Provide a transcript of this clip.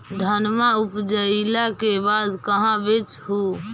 धनमा उपजाईला के बाद कहाँ बेच हू?